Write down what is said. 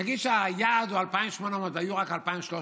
נגיד שהיעד הוא 2,800 והיו רק 2,300,